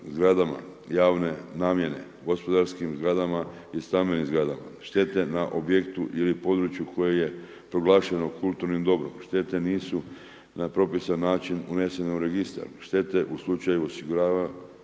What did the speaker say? zgradama javne namjene, gospodarskim zgradama i stambenim zgradama, štete na objektu ili području koje je proglašeno kulturnim dobrom, štete nisu na propisani način unesene u registar, štete u slučaju osigurljivih